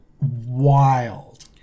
Wild